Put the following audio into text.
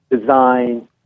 design